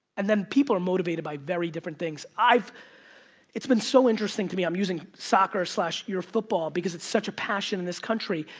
and then, people are motivated by very different things. it's been so interesting to me, i'm using soccer, slash your football, because it's such a passion in this country.